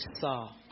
saw